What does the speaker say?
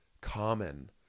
common